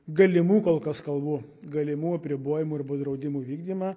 galimų kol kas kalbų galimų apribojimų arba draudimų vykdymą